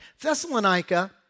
Thessalonica